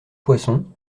poisson